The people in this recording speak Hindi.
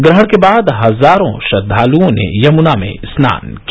ग्रहण के बाद हजारों श्रद्वालुओं ने यमुना में स्नान किया